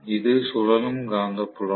இது சுழலும் காந்தப்புலம்